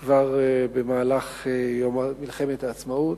כבר במהלך מלחמת העצמאות.